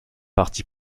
partie